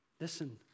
Listen